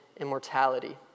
Immortality